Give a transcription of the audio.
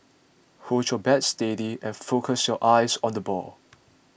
hold your bat steady and focus your eyes on the ball